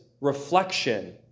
reflection